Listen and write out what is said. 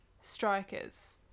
strikers